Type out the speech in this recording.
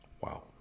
Wow